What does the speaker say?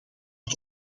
het